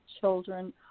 children